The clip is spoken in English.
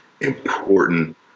important